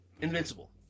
Invincible